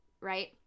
right